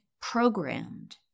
programmed